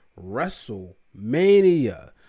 WrestleMania